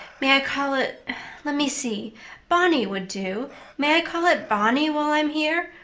may i call it let me see bonny would do may i call it bonny while i'm here?